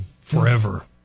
forever